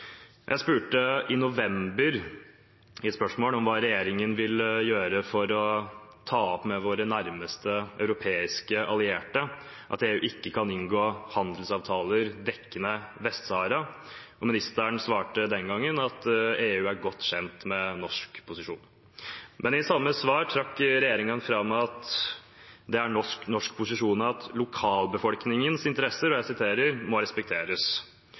november i fjor spørsmål om hva regjeringen ville gjøre for å ta opp med våre nærmeste europeiske allierte at EU ikke kan inngå handelsavtaler som dekker Vest-Sahara. Utenriksministeren svarte den gangen at EU er godt kjent med norsk posisjon, men i det samme svaret trakk regjeringen fram at det er norsk posisjon at «lokalbefolkningens interesser»